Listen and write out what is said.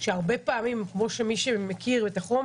שהרבה פעמים כמו שמי שמכיר את החומר